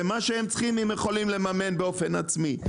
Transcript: ומה שהם צריכים הם יכולים לממן באופן עצמי.